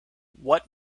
what